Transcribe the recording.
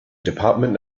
department